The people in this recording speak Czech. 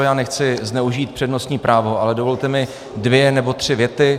Já nechci zneužít přednostní právo, ale dovolte mi dvě nebo tři věty.